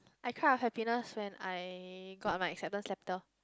I cried of happiness when I got my acceptance letter